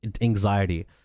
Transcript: anxiety